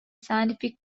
scientific